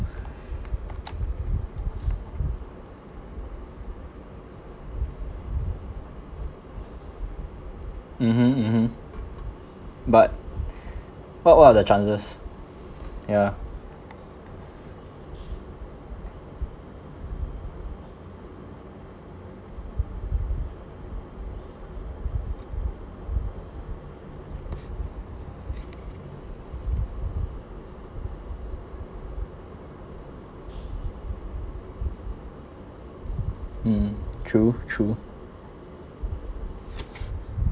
mmhmm mmhmm but what what are the chances yeah mm true true